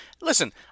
Listen